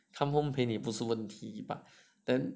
come home 陪你不是问题 but then